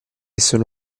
sono